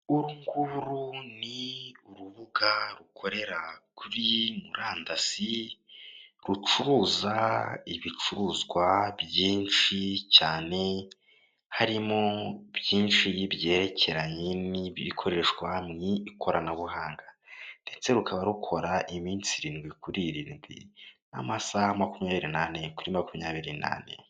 Uru nguru ni urubuga rukorera kuri murandasi rucuruza ibicuruzwa byinshi cyane, harimo byinshi byerekeranye n'ibikoreshwa mu ikoranabuhanga, ndetse rukaba rukora iminsi irindwi kuri irindwi n'amasaha makumyabiri n'ane kuri makumyabiri n'ane.